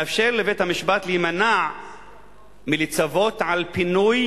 מאפשר לבית-המשפט להימנע מלצוות על פינוי